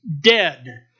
dead